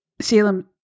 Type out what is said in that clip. salem